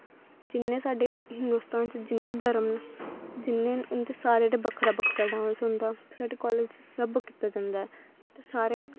जिन्ने साढ़े हिन्दोस्तान च जिन्ने धर्म न जिन्ने न उंदा सारों दा बक्खरा बक्खरा डांस होंदा साढ़े कालेज च सब कीता जंदा ऐ ते सारे